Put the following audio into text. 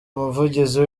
umuvugizi